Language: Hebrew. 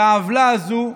העוולה הזאת,